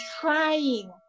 trying